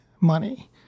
money